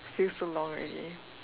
feels so long already